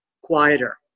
quieter